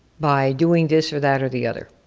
by doing this or that or the other,